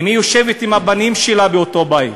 אם היא יושבת עם הבנים שלה באותו בית,